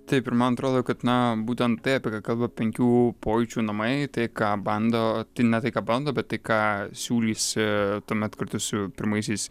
taip ir man atrodo kad na būtent tai apie ką kalba penkių pojūčių namai tai ką bando tai ne tai ką bando bet tai ką siūlysi tuomet kartu su pirmaisiais